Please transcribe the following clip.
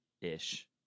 Ish